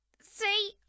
See